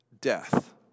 Death